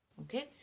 Okay